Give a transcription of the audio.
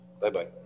Bye-bye